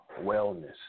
wellness